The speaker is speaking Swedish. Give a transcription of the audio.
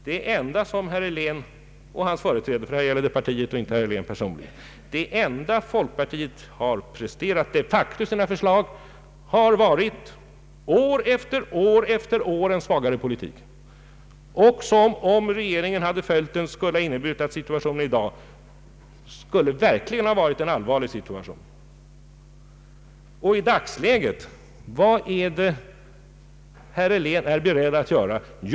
Det enda folkpartiet har föreslagit — här gäller det partiet och inte bara herr Helén personligen — har de facto år efter år varit en svagare politik som, om regeringen hade följt den, skulle ha inneburit att situationen i dag verkligen hade varit allvarlig. Vad är herr Helén beredd att göra i dagens läge?